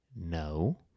no